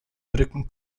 brücken